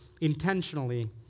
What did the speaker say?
intentionally